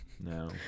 No